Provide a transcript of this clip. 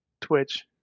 twitch